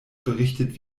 berichtet